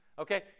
Okay